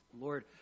Lord